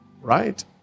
right